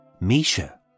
Misha